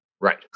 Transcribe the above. Right